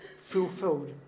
fulfilled